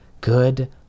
Good